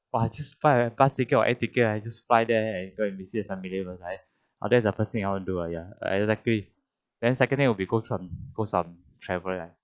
!wah! I just find a bus ticket or air ticket right I just fly there and go and visit the family right uh that's the first thing I want to do ya exactly then secondary will be go some go for some travel ya